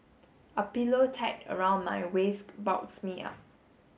a pillow tied around my waist bulks me up